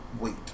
wait